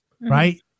Right